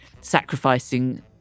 sacrificing